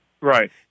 Right